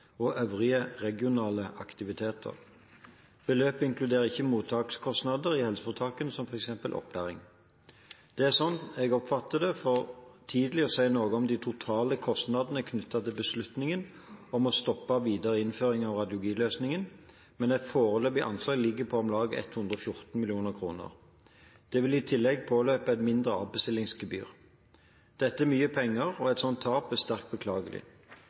helseforetakene, som f.eks. opplæring. Det er, sånn jeg oppfatter det, for tidlig å si noe om de totale kostnadene knyttet til beslutningen om å stoppe videre innføring av radiologiløsningen, men det foreløpige anslaget ligger på om lag 114 mill. kr. Det vil i tillegg påløpe et mindre avbestillingsgebyr. Dette er mye penger, og et sånt tap er sterkt beklagelig.